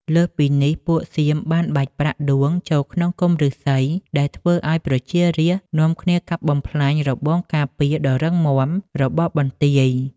លើសពីនេះ ពួកសៀមបានបាចប្រាក់ដួងចូលក្នុងគុម្ពឫស្សី ដែលធ្វើឱ្យប្រជារាស្ត្រនាំគ្នាកាប់បំផ្លាញរបងការពារដ៏រឹងមាំរបស់បន្ទាយ។